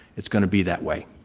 it's going to be that way.